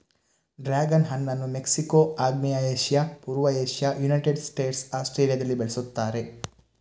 dragon ಹಣ್ಣನ್ನು Mexico, ಆಗ್ನೇಯ Asia, ಪೂರ್ವ ಏಷ್ಯಾ, ಯುನೈಟೆಡ್ ಸ್ಟೇಟ್ಸ್, ಆಸ್ಟ್ರೇಲಿಯಾದಲ್ಲಿ ಬೆಳೆಸುತ್ತಾರೆ